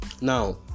Now